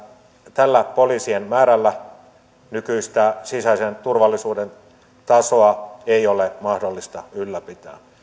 tällä poliisien määrällä nykyistä sisäisen turvallisuuden tasoa ei ole mahdollista ylläpitää